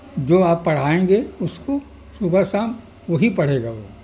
جو آپ پڑھائیں گے اس کو صبح شام وہی پڑھے گا وہ